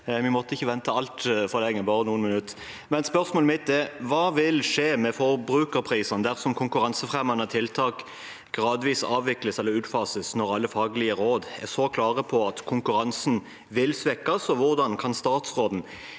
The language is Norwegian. Vi måtte ikke vente altfor lenge, bare noen minutter. Spørsmålet mitt er: «Hva vil skje med forbrukerprisene dersom konkurransefremmende tiltak gradvis avvikles/utfases når alle faglige råd er så klare på at konkurransen vil svekkes, og hvordan kan statsråden